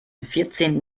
vierzehnten